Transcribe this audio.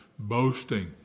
boasting